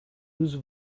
whose